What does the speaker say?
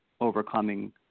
overcoming